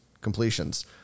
completions